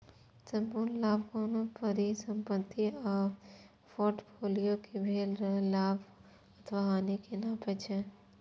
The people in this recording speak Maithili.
संपूर्ण लाभ कोनो परिसंपत्ति आ फोर्टफोलियो कें भेल लाभ अथवा हानि कें नापै छै